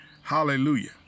Hallelujah